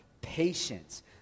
patience